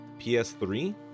PS3